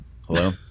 hello